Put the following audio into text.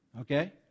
Okay